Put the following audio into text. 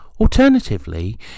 Alternatively